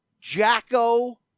Jacko